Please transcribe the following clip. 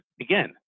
again